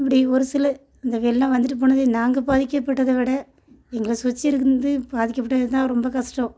இப்படி ஒரு சில இந்த வெள்ளம் வந்துவிட்டு போனதே நாங்கள் பாதிக்கப்பட்டதை விட எங்களை சுற்றி இருந்து பாதிக்கப்பட்டது தான் ரொம்ப கஷ்டம்